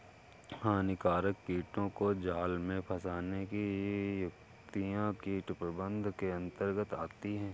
हानिकारक कीटों को जाल में फंसने की युक्तियां कीट प्रबंधन के अंतर्गत आती है